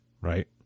right